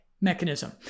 mechanism